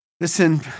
Listen